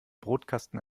brotkasten